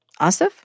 Asif